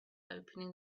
opening